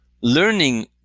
Learning